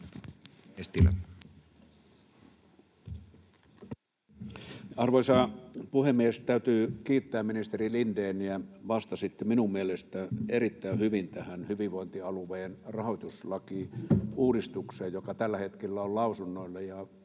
Arvoisa puhemies! Täytyy kiittää ministeri Lindéniä. Vastasitte minun mielestäni erittäin hyvin tähän hyvinvointialueiden rahoituslakiuudistukseen, joka tällä hetkellä on lausunnoilla